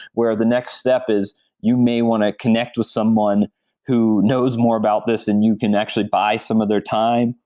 where the next step is you may want to connect with someone who knows more about this and you can actually buy some of their time,